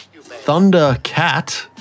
Thundercat